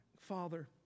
Father